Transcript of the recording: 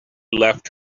left